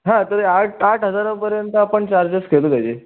हां तर आट आठ हजारापर्यंत आपण चार्जेस घेतो त्याचे